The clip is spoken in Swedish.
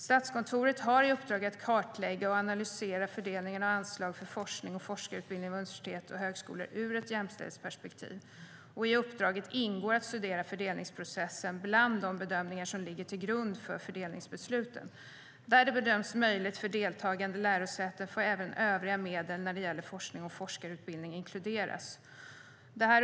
Statskontoret har i uppdrag att kartlägga och analysera fördelningen av anslag för forskning och forskarutbildning vid universitet och högskolor ur ett jämställdhetsperspektiv. I uppdraget ingår att studera fördelningsprocessen, bland annat de bedömningar som ligger till grund för fördelningsbesluten. Där det bedöms möjligt för deltagande lärosäten får även övriga medel när det gäller forskning och forskarutbildning inkluderas.